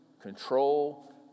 control